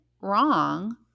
wrong